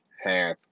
half